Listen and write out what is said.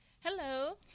Hello